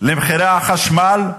למחירי החשמל?